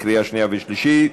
לקריאה שנייה ולקריאה שלישית.